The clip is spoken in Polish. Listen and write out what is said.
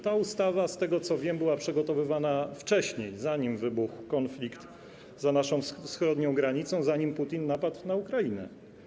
Ta ustawa, z tego, co wiem, była przygotowywana wcześniej, zanim wybuchł konflikt za naszą wschodnią granicą, zanim Putin napadł na Ukrainę.